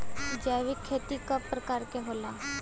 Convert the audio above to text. जैविक खेती कव प्रकार के होला?